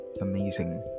amazing